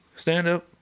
stand-up